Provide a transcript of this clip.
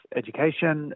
education